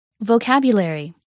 Vocabulary